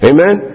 Amen